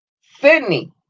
Sydney